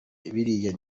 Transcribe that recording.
biriya